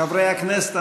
חברי הכנסת,